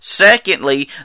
Secondly